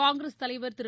காங்கிரஸ் தலைவர் திரு